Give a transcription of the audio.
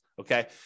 okay